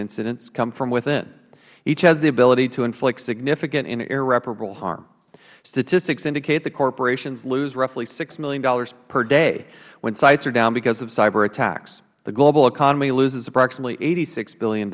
incident come from within each has the ability to inflict significant and irreparable harm statistics indicate that corporations lose roughly six dollars million per day when sites are down because of cyber attacks the global economy loses approximately eighty six